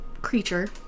creature